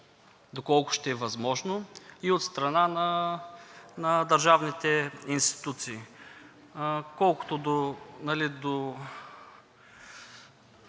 доколкото ще е възможно, и от страна на държавните институции. Колкото до